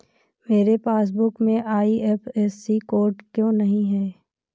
मेरे पासबुक में IFSC code क्यो नहीं है?